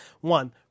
One